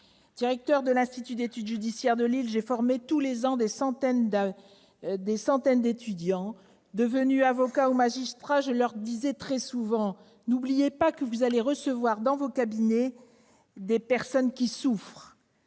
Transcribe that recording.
Directeur de l'Institut d'études judiciaires de Lille, j'ai formé tous les ans des centaines d'étudiants, devenus par la suite avocats ou magistrats. Je leur disais très souvent :« N'oubliez pas que vous allez recevoir dans vos cabinets des personnes qui souffrent et